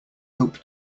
hope